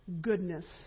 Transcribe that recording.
goodness